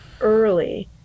early